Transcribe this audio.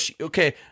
Okay